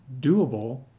doable